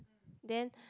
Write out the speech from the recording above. then